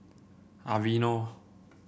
Aveeno